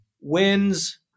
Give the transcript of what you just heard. wins